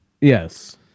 Yes